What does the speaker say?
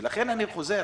לכן אני חוזר